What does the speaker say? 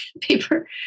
paper